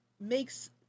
makes